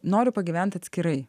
noriu pagyvent atskirai